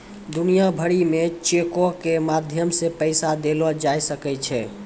दुनिया भरि मे चेको के माध्यम से पैसा देलो जाय सकै छै